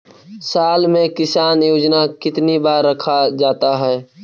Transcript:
साल में किसान योजना कितनी बार रखा जाता है?